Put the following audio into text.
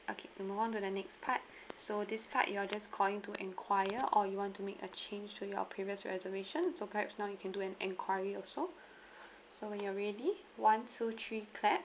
okay we move on to the next part so this part you are just calling to enquire or you want to make a change to your previous reservation so perhaps you can do an enquiry also so when you're ready one two three clap